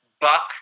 buck